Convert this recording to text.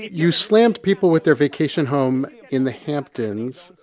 you slammed people with their vacation home in the hamptons.